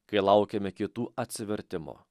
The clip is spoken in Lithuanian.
kai laukiame kitų atsivertimo